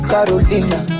Carolina